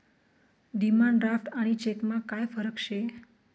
demand draft आणि चेकमा काय फरक शे